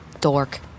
Dork